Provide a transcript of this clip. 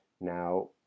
now